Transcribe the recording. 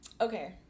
okay